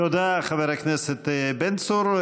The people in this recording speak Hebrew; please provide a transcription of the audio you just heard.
תודה לחבר הכנסת בן צור.